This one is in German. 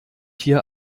hier